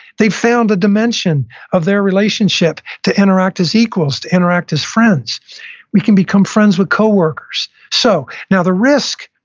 they found a dimension of their relationship to interact as equals, to interact as friends we can become friends with co-workers. so now the risk,